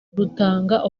rutanga